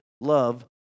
love